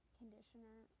conditioner